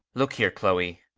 look here, chloe